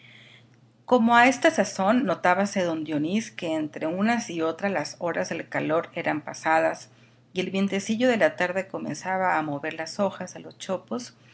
como a esta sazón notábase don dionís que entre unas y otras las horas del calor eran pasadas y el vientecillo de la tarde comenzaba a mover las hojas de los chopos